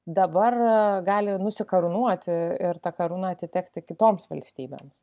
dabar gali nusikarūnuoti ir ta karūna atitekti kitoms valstybėms